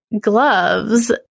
gloves